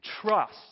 trust